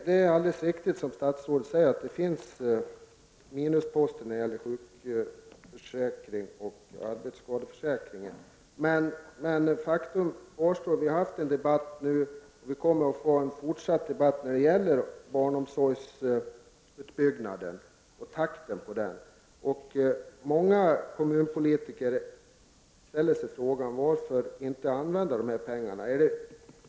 Herr talman! Det är riktigt som statsrådet säger att det finns minusposter när det gäller sjukförsäkringen och arbetsskadeförsäkringen. Faktum kvarstår dock att vi har haft en debatt nu, och vi kommer att få en fortsatt debatt, när det gäller barnomsorgsutbyggnaden och takten på den. Många kommunalpolitiker ställer sig frågan varför man inte kan använda dessa pengar.